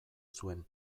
zuen